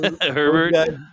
Herbert